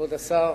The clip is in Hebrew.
כבוד השר,